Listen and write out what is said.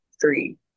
three